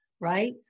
right